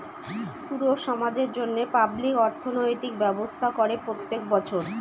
পুরো সমাজের জন্য পাবলিক অর্থনৈতিক ব্যবস্থা করে প্রত্যেক বছর